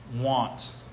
want